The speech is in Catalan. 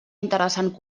interessant